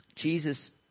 Jesus